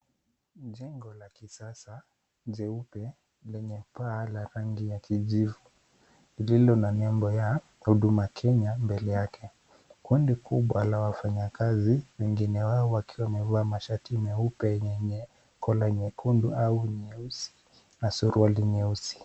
Jengo la kisasa jeupe, lenye paa la rangi ya kijivu lililo na nembo ya Huduma Kenya mbele yake. Kundi kubwa la wafanyakazi, wengine wao wakiwa wamevaa mashati meupe yenye kola nyekundu au nyeusi na suruali nyeusi.